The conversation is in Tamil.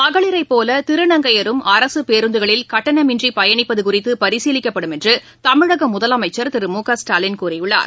மகளிரைபோலதிருநங்கையரும் பேருந்துகளில் அரசுப் கட்டணமின்றிபயணிப்பதுகுறித்துபரிசீலிக்கப்படும் என்றுதமிழகமுதலமைச்சர் திரு மு க ஸ்டாலின் கூறியுள்ளார்